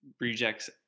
Rejects